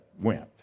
went